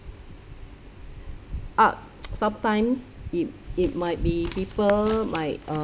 art sometimes it it might be people might err